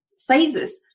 phases